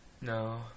No